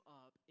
up